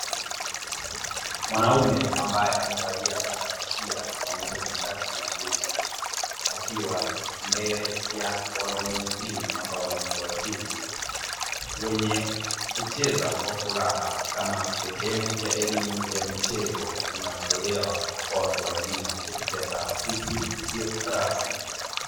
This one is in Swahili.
Mwanaume ambaye amevalia balakshia pamoja na shati nadhifu, akiwa mbele ya wanaume wengine ambao ni watu wazima. Wenye kucheza kwa furaha kama sehemu ya elimu ya michezo, inayotolewa kwa watu wazima kupitia kwa taasisi isiyo rasmi.